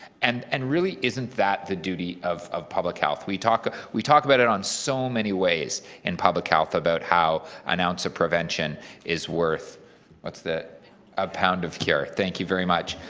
and and really isn't that the duty of of public health? we talk we talk about it on so many ways in public health about how an ounce of prevention is worth what's the a pound of cure. thank you very much.